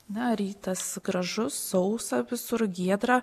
na rytas gražus sausa visur giedra